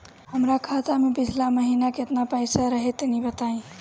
हमरा खाता मे पिछला महीना केतना पईसा रहे तनि बताई?